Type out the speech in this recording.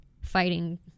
fighting